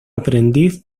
aprendiz